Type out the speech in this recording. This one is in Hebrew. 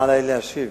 מה עלי להשיב.